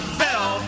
fell